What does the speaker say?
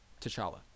T'Challa